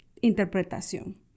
interpretación